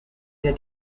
der